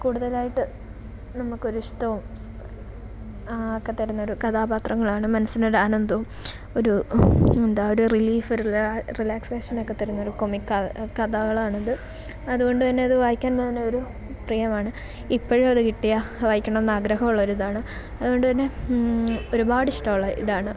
കൂടുതലായിട്ട് നമുക്ക് ഒരു ഇഷ്ടവും സ് ഒക്കെ തരുന്ന കഥാപാത്രങ്ങളാണ് മനസ്സിനൊര് ആനന്ദവും ഒരു എന്താ ഒരു റിലീഫ് ഒരു റിലാ റിലാക്സേഷനൊക്കെ തരുന്ന ഒരു കൊമിക് കഥ കഥകളാണിത് അത്കൊണ്ട്തന്നെ അത് വായിക്കാൻ ഞാനൊരു പ്രിയമാണ് ഇപ്പഴും അത് കിട്ടിയാൽ വായിക്കണമെന്ന് ആഗ്രഹമുള്ള ഒരിതാണ് അത്കൊണ്ട്തന്നെ ഒരുപാട് ഇഷ്ടമുള്ള ഇതാണ്